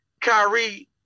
Kyrie